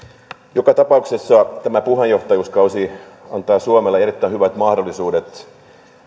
joka tapauksessa tämä puheenjohtajuuskausi antaa suomelle erittäin hyvät mahdollisuudet